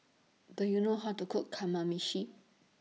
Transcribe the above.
Do YOU know How to Cook Kamameshi